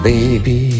Baby